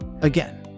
again